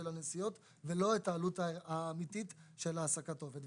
הנסיעות ולא את העלות האמיתית של העסקת עובד.